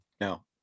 No